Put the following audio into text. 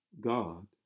God